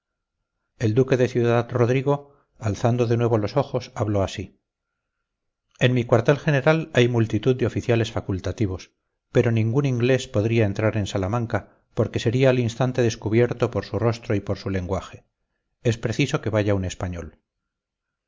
el duque de ciudad-rodrigo alzando de nuevo los ojos habló así en mi cuartel general hay multitud de oficiales facultativos pero ningún inglés podría entrar en salamanca porque sería al instante descubierto por su rostro y por su lenguaje es preciso que vaya un español